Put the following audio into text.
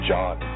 John